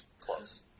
Close